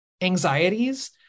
anxieties